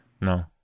No